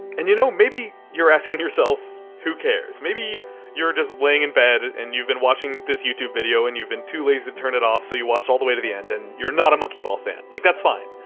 and, y'know, you know maybe you're asking yourself, who cares? maybe you're just laying in bed and you've been watching this youtube video and you've been too lazy to turn it off, so you watched all the way to the end and you're not a monkey ball fan. like that's fine.